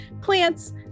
plants